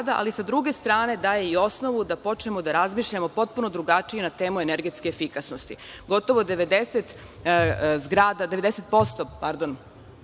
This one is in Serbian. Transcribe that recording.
ali sa druge strane daje i osnovu da počnemo da razmišljamo potpuno drugačije na temu energetske efikasnosti. Gotovo 90%